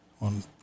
on